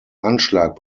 anschlag